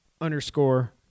underscore